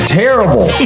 terrible